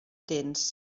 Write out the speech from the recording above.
tens